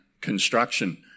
construction